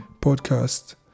Podcast